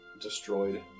destroyed